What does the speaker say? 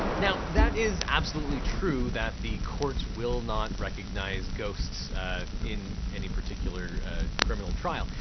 now, that is absolutely true that the courts will not recognize ghosts in any particular criminal trial.